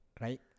right